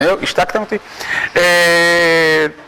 יאללה, השתקת אותי?